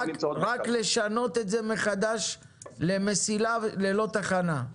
--- רק לשנות את זה מחדש למסילה ללא תחנה.